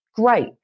Great